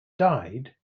died